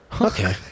Okay